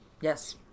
Yes